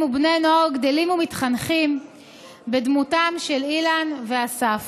ובני נוער גדלים ומתחנכים בדמותם של אילן ואסף.